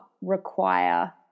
require